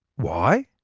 why?